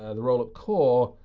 ah the rollup core,